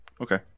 Okay